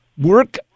work